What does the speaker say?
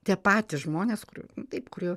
tie patys žmonės kurių taip kurių